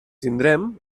tindrem